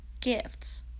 gifts